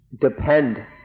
depend